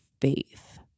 faith